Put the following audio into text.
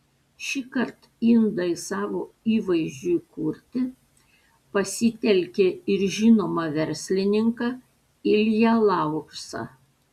šįkart indai savo įvaizdžiui kurti pasitelkė ir žinomą verslininką ilją laursą